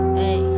hey